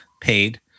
paid